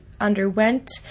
underwent